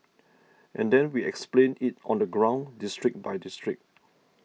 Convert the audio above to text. and then we explained it on the ground district by district